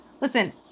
listen